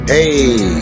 Hey